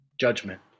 judgment